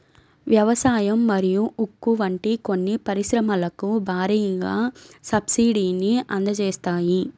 వ్యవసాయం మరియు ఉక్కు వంటి కొన్ని పరిశ్రమలకు భారీగా సబ్సిడీని అందజేస్తాయి